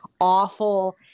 awful